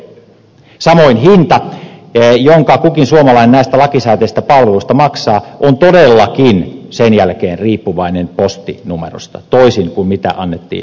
samoin hinta jonka kukin suomalainen näistä lakisääteisistä palveluista maksaa on todellakin sen jälkeen riippuvainen postinumerosta toisin kuin annettiin ymmärtää